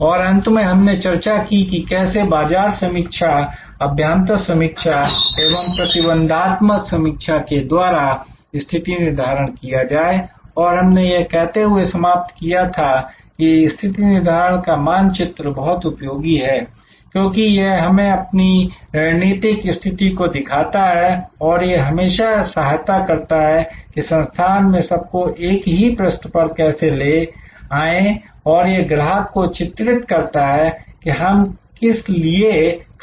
और अंत में हमने चर्चा की कि कैसे बाजार समीक्षा अभ्यांतर समीक्षा एवं प्रतिबंधात्मक समीक्षा के द्वारा स्थिति निर्धारण किया जाए और हमने यह कहते हुए समाप्त किया था कि स्थिति निर्धारण का मानचित्र बहुत उपयोगी है क्योंकि यह हमें अपनी रणनीतिक स्थिति को दिखाता है और यह हमेशा सहायता करता है कि संस्थान में सबको एक ही पृष्ठ पर कैसे ले आए और यह ग्राहक को चित्रित करता है की हम किस लिए खड़े हुए हैं